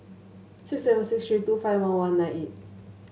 six seven six three two five one one nine eight